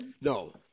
No